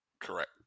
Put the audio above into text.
Correct